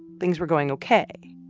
things were going ok.